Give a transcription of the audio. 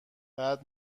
بعد